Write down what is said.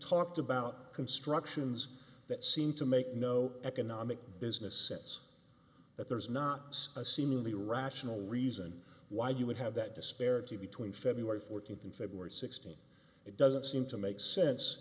talked about constructions that seem to make no economic business sense that there's not a seemingly rational reason why you would have that disparity between feb fourteenth and february sixteenth it doesn't seem to make sense